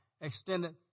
extended